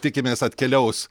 tikimės atkeliaus